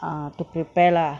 ah to prepare lah